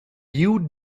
you